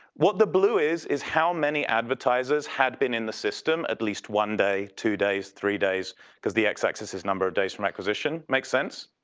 what the blue is is how many advertisers had been in the system at least one day, two days, three days because the x-axis is number of days from acquisition make sense.